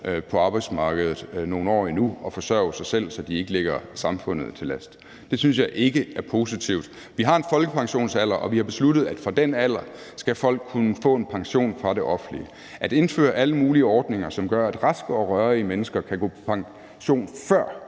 på arbejdsmarkedet nogle år endnu og forsørge sig selv, så de ikke ligger samfundet til last. Det synes jeg ikke er positivt. Vi har en folkepensionsalder, og vi har besluttet, at fra den alder skal folk kunne få en pension fra det offentlige. At indføre alle mulige ordninger, som gør, at raske og rørige mennesker kan gå på pension, før